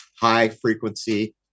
high-frequency